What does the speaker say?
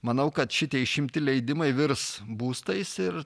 manau kad šitie išimti leidimai virs būstais ir